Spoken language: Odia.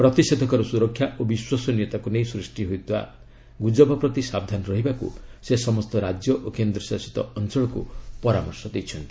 ପ୍ରତିଷେଧକର ସୁରକ୍ଷା ଓ ବିଶ୍ୱସନୀୟତାକୁ ନେଇ ସୃଷ୍ଟି ହୋଇଥିବା ଗୁଜବ ପ୍ରତି ସାବଧାନ ରହିବାକୁ ସେ ସମସ୍ତ ରାଜ୍ୟ ଓ କେନ୍ଦ୍ରଶାସିତ ଅଞ୍ଚଳକୁ ପରାମର୍ଶ ଦେଇଛନ୍ତି